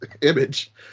image